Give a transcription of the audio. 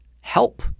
help